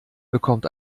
bekommt